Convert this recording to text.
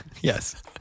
yes